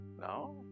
No